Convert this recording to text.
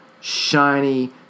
shiny